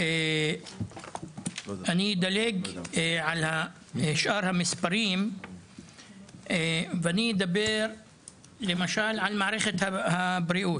אני אדלג על שאר המספרים ואני אדבר למשל על מערכת הבריאות,